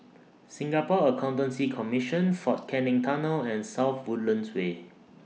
Singapore Accountancy Commission Fort Canning Tunnel and South Woodlands Way